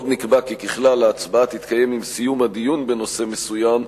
עוד נקבע כי ככלל ההצבעה תתקיים עם סיום הדיון בנושא מסוים,